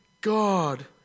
God